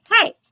hey